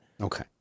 Okay